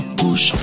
push